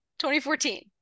2014